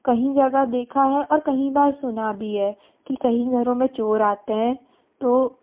कई जगह देखा है और कइ बार सुना भी है कि कहीं घरों में चोर आते हैं तो